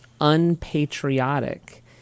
unpatriotic